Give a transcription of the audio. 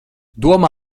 domā